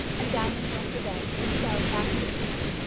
and diamond went to bed and fell fast asleep.